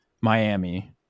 Miami